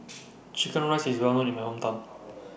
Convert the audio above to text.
Chicken Rice IS Well known in My Hometown